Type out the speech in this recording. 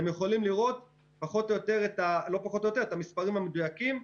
אתם יכולים לראות את המספרים המדויקים,